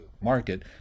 market